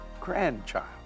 grandchild